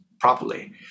properly